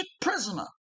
prisoner